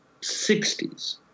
60s